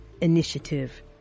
initiative